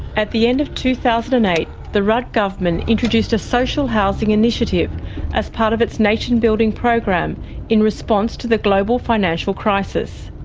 at the end of two thousand and eight the rudd government introduced a social housing initiative as part of its nation building program in response to the global financial crisis.